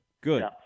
good